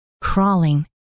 crawling